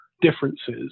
differences